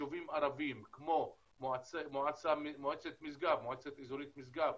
יישובים ערביים, כמו מועצה אזורית משגב,